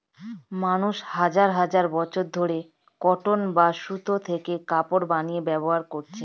মানুষ হাজার হাজার বছর ধরে কটন বা সুতো থেকে কাপড় বানিয়ে ব্যবহার করছে